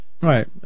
Right